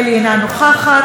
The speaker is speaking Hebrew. אינה נוכחת,